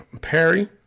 Perry